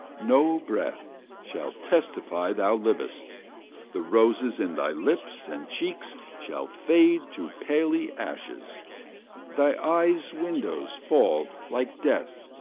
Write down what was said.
no breath, shall testify thou livest the roses in thy lips and cheeks shall fade to paly ashes thy eyes' windows fall, like death,